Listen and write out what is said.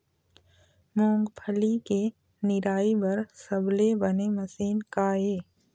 मूंगफली के निराई बर सबले बने मशीन का ये?